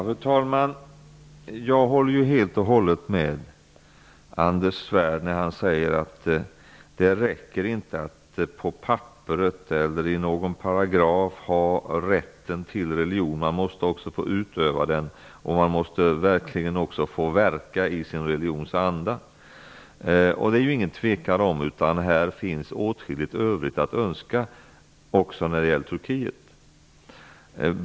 Fru talman! Jag håller helt och hållet med Anders Svärd om att det inte räcker att på papperet eller genom någon paragraf ha rätten till religion, utan att man också måste få utöva den och verkligen också få verka i sin religions anda. Det råder inget tvivel om att det finns åtskilligt att önska när det gäller Turkiet.